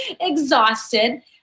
exhausted